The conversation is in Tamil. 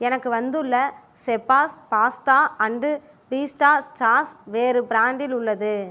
எனக்கு வந்துள்ள செஃப்பாஸ் பாஸ்தா அண்ட் பீஸ்ட்டா சாஸ் வேறு பிராண்டில் உள்ளது